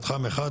מתחם 1,